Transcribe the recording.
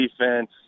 defense